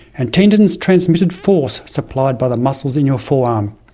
and tendons transmitted force supplied by the muscles in your forearm.